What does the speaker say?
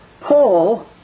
Paul